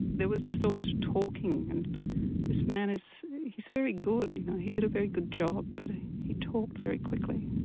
there was just all this talking and this man, he is very good, you know he did a very good job but he talked very quickly.